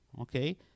okay